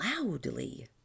loudly